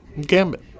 Gambit